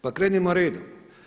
Pa krenimo redom.